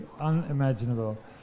unimaginable